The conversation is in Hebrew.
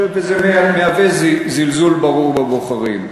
ויש בזה זלזול ברור בבוחרים.